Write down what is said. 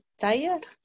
tired